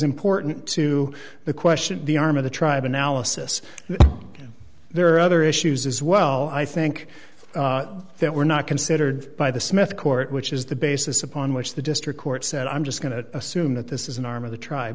important to the question of the arm of the tribe analysis there are other issues as well i think that were not considered by the smith court which is the basis upon which the district court said i'm just going to assume that this is an arm of the tribe